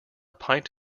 pint